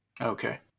Okay